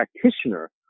practitioner